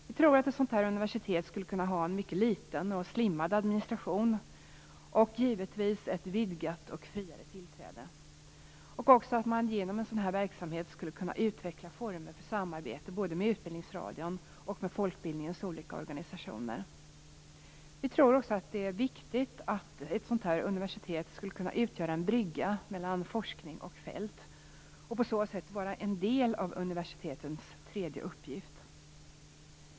Vi tror att ett sådant universitet skulle kunna ha en mycket liten och slimmad administration och givetvis ett vidgat och friare tillträde. Genom en sådan verksamhet skulle man kunna utveckla former för samarbete både med Utbildningsradion och med folkbildningens olika organisationer. Vi tror att ett sådant universitet skulle kunna utgöra en brygga mellan forskning och fält och på så sätt vara en del av universitetens tredje uppgift.